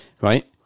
right